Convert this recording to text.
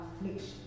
affliction